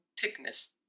thickness